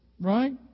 Right